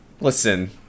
listen